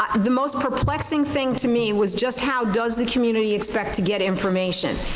ah the most perplexing thing to me was just how does the community expect to get information?